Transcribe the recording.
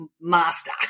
master